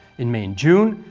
in may and june,